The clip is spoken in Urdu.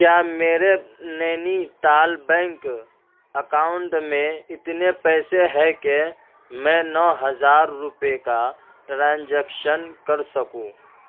کیا میرے نینی تال بینک اکاؤنٹ میں اتنے پیسے ہیں کہ میں نو ہزار روپے کا ٹرانزیکشن کر سکوں